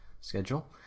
schedule